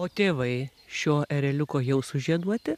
o tėvai šio ereliuko jau sužieduoti